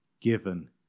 given